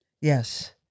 Yes